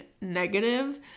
negative